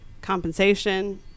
compensation